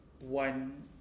one